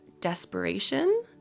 desperation